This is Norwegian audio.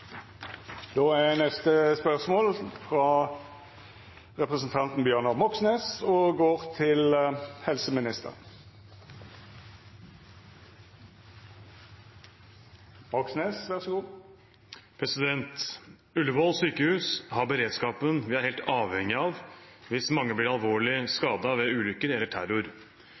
går då tilbake til spørsmål 6. «Ullevål sykehus har beredskapen vi er helt avhengig av hvis mange blir alvorlig skadet ved ulykker eller terror.